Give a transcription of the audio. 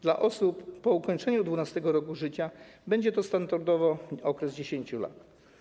Dla osób po ukończeniu 12. roku życia będzie to standardowo okres 10 lat.